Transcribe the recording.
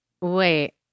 wait